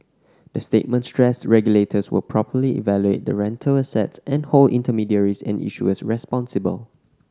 the statement stressed regulators will properly evaluate the rental assets and hold intermediaries and issuers responsible